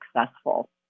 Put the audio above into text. successful